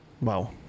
Wow